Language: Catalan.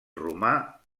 romà